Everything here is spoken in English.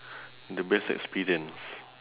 the best experience